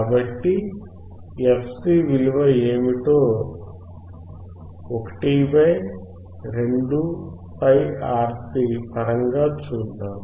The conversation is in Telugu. కాబట్టి fc విలువ ఏమిటో 1 2πRC పరంగాచూద్దాం